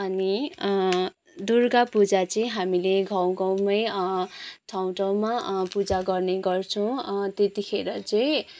अनि दुर्गा पूजा चाहिँ हामीले गाउँ गाउँमै ठाउँ ठाउँमा पूजा गर्ने गर्छौँ त्यतिखेर चाहिँ